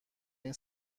این